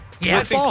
Yes